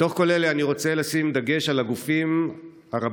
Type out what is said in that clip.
בתוך כל אלה אני רוצה לשים דגש על הגופים הרבים